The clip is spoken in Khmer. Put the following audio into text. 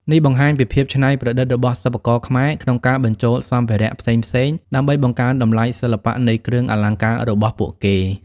នេះបង្ហាញពីភាពច្នៃប្រឌិតរបស់សិប្បករខ្មែរក្នុងការបញ្ចូលសម្ភារៈផ្សេងៗដើម្បីបង្កើនតម្លៃសិល្បៈនៃគ្រឿងអលង្ការរបស់ពួកគេ។